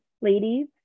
ladies